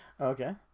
Okay